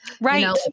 Right